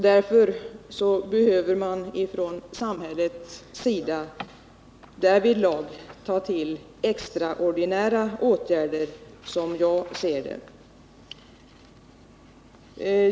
Därför behöver samhället, som jag ser det, ta till extraordinära åtgärder.